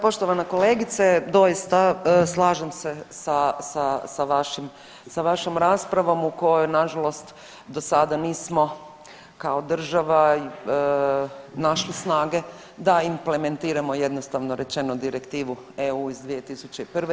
Poštovana kolegice, doista slažem se sa vašom raspravom u kojoj na žalost do sada nismo kao država našli snage da implementiramo jednostavno rečeno direktivu EU iz 2001.